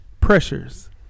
pressures